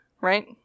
right